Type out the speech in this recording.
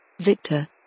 Victor